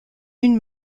une